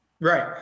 right